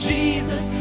Jesus